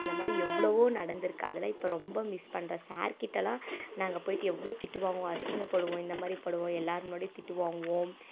இந்தமாதிரி எவ்வளவோ நடந்திருக்கு அதெலாம் இப்போ ரொம்ப மிஸ் பண்ணுறோம் சார்க்கிட்டலாம் நாங்கள் போயிட்டு எவ்வளோ திட்டுவாங்குவோம் அசிங்கப்படுவோம் இந்தமாதிரிப்படுவோம் எல்லோரு முன்னாடியும் திட்டு வாங்குவோம்